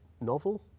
novel